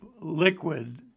liquid